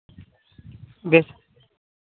ᱵᱮᱥ